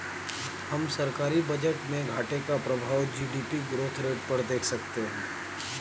हम सरकारी बजट में घाटे का प्रभाव जी.डी.पी ग्रोथ रेट पर देख सकते हैं